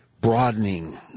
broadening